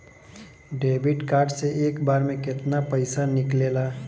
Debit card से एक बार मे केतना पैसा निकले ला?